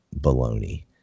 baloney